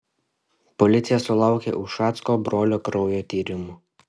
policija sulaukė ušacko brolio kraujo tyrimų